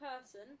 person